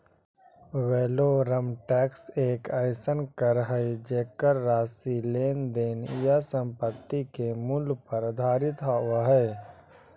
valorem tax एक अइसन कर हइ जेकर राशि लेन देन या संपत्ति के मूल्य पर आधारित होव हइ